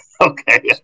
okay